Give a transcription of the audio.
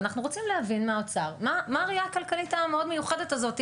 ואנחנו רוצים להבין מהאוצר מה הראייה הכלכלית המאוד מיוחדת הזאת,